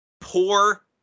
Poor